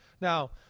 Now